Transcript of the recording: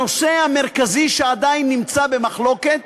הנושא המרכזי שעדיין נמצא במחלוקת,